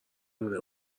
مونه